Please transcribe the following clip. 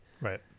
right